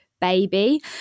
baby